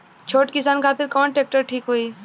छोट किसान खातिर कवन ट्रेक्टर ठीक होई?